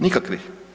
Nikakvi.